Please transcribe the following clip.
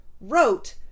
wrote